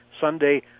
Sunday